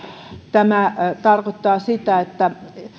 tämä tarkoittaa sitä että